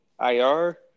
IR